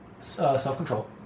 self-control